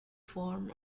form